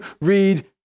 read